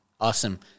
Awesome